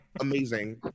Amazing